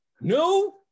No